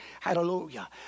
hallelujah